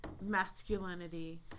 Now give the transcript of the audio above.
masculinity